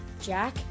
Jack